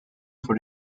for